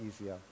easier